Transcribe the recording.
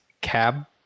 cab